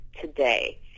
today